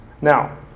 Now